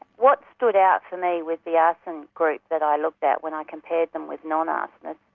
what stood out for me with the arson group that i looked at, when i compared them with non-arsonists,